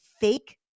fake